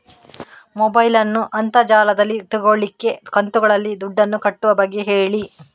mobile ನ್ನು ಅಂತರ್ ಜಾಲದಲ್ಲಿ ತೆಗೋಲಿಕ್ಕೆ ಕಂತುಗಳಲ್ಲಿ ದುಡ್ಡನ್ನು ಕಟ್ಟುವ ಬಗ್ಗೆ ಹೇಳಿ